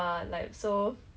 then